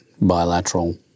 bilateral